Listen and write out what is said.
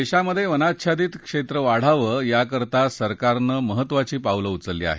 देशात वनाच्छादित क्षेत्रं वाढावं याकरता सरकारनं महत्वाची पावलं उचलली आहेत